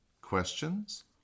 questions